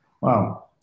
Wow